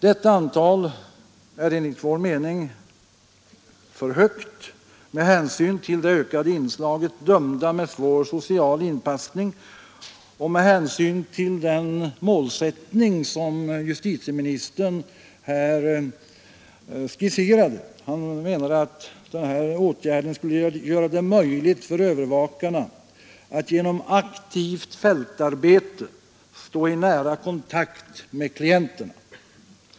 Detta antal är enligt vår mening för högt på grund av det ökade inslaget dömda med svår social missanpassning och med hänsyn till den målsättning som justitieministern här skisserade. Han menade att denna åtgärd skulle göra det möjligt för övervakarna att genom aktivt fältarbete stå i nära kontakt med klienterna.